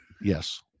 Yes